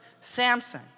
Samson